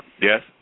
Yes